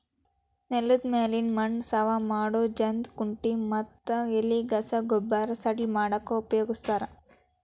ನೆಲದ ಮ್ಯಾಲಿನ ಮಣ್ಣ ಸವಾ ಮಾಡೋ ಜಂತ್ ಕುಂಟಿ ಮತ್ತ ಎಲಿಗಸಾ ಗೊಬ್ಬರ ಸಡ್ಲ ಮಾಡಾಕ ಉಪಯೋಗಸ್ತಾರ